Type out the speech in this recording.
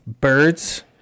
birds